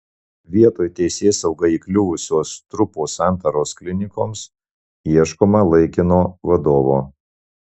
vietoj teisėsaugai įkliuvusio strupo santaros klinikoms ieškoma laikino vadovo